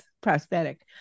prosthetic